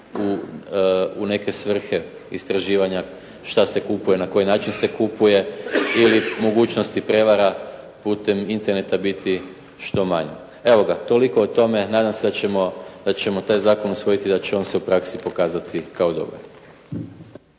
u neke svrhe istraživanja šta se kupuje i na koji način se kupuje ili mogućnosti prijevara putem Interneta biti što manje. Evo ga, toliko o tome, nadam se da ćemo taj zakon usvojiti i da će se on u praksi pokazati kao dobar.